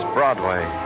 Broadway